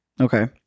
Okay